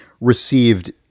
received